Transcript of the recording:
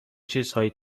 چیزهایی